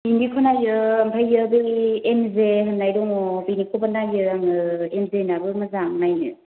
बेनिखौ नायो ओमफ्राय बियो बै एमजे होननाय दङ बिनिखौबो नायो आङो एमजेनियाबो मोजां नायनो